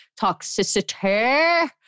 toxicity